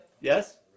Yes